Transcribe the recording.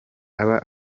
aba